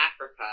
Africa